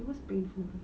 it was painful